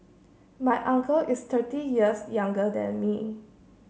my uncle is thirty years younger than me